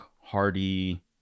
hardy